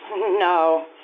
No